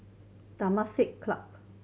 Temasek Club